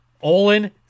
Olin